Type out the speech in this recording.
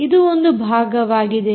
ಇದು ಒಂದು ಭಾಗವಾಗಿದೆ